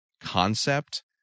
concept